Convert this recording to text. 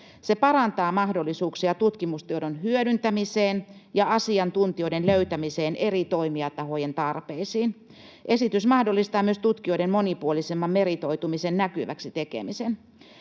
Se parantaa mahdollisuuksia tutkimustiedon hyödyntämiseen ja asiantuntijoiden löytämiseen eri toimijatahojen tarpeisiin. Esitys mahdollistaa myös tutkijoiden monipuolisemman meritoitumisen näkyväksi tekemisen.